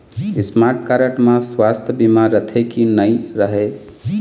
Smart card म सुवास्थ बीमा रथे की नई रहे?